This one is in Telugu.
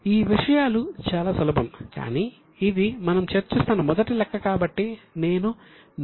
ఈ విషయాలు చాలా సులభం కానీ ఇది మనం చర్చిస్తున్న మొదటి లెక్క కాబట్టి నేను నెమ్మదిగా వెళ్తున్నాను